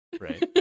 right